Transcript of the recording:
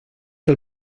que